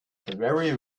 very